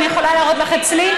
אני יכולה להראות לך אצלי.